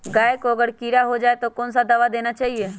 गाय को अगर कीड़ा हो जाय तो कौन सा दवा देना चाहिए?